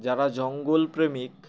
যারা জঙ্গল প্রেমিক